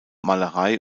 malerei